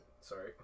Sorry